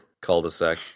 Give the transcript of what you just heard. cul-de-sac